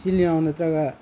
ꯏꯆꯤꯜ ꯏꯅꯥꯎ ꯅꯠꯇ꯭ꯔꯒ